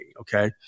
Okay